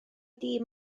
dîm